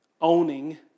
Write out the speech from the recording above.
owning